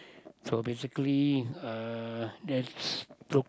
so basically uh that looks